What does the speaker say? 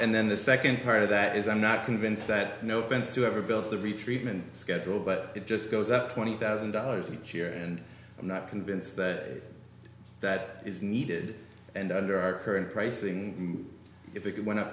and then the second part of that is i'm not convinced that no fence you ever built the retreatment schedule but it just goes up twenty thousand dollars each year and i'm not convinced that that is needed and under our current pricing if it went up